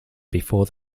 before